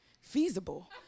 feasible